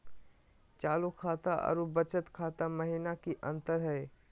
चालू खाता अरू बचत खाता महिना की अंतर हई?